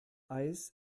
eis